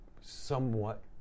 somewhat